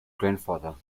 grandfather